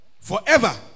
forever